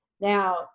Now